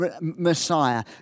Messiah